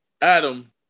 Adam